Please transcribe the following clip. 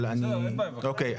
אוקי,